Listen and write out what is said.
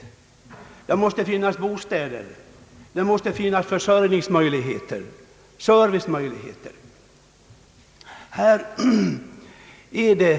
Det måste finnas bostäder, försörjningsoch servicemöjligheter.